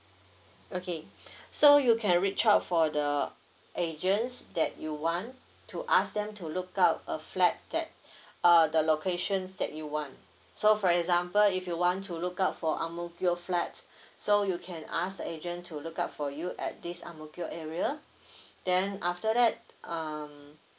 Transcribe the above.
okay so you can reach out for the agents that you want to ask them to look out a flat that uh the locations that you want so for example if you want to look out for angmokio flat so you can ask the agent to look out for you at this angmokio area then after that um